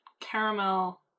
caramel